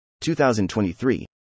2023